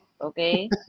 Okay